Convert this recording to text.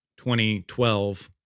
2012